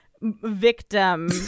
victim